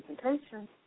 presentation